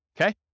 Okay